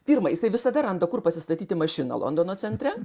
pirma jisai visada randa kur pasistatyti mašiną londono centre